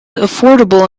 affordable